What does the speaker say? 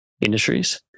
industries